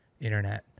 internet